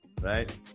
Right